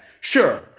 Sure